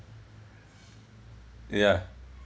ya